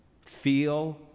feel